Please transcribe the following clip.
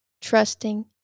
trusting